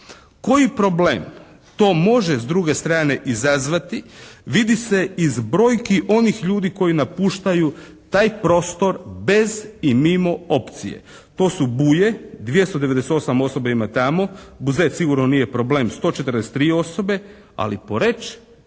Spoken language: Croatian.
Koji problem to može s druge strane izazvati vidi se iz brojke onih ljudi koji napuštaju taj prostor bez i mimo opcije. To su Buje, 298 osoba ima tamo. Buzet sigurno nije problem, 143 osobe. Ali Poreč